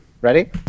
Ready